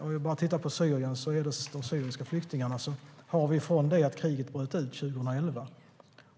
Om vi tittar bara på Syrien och syriska flyktingar räknar vi med att Sverige, från det att kriget bröt ut 2011